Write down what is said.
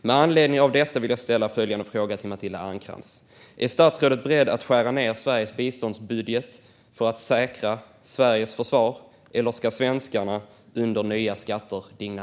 Med anledning av detta vill jag ställa följande fråga till Matilda Ernkrans: Är statsrådet beredd att skära ned Sveriges biståndsbudget för att säkra Sveriges försvar, eller ska svenskarna under nya skatter digna?